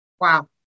Wow